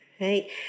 right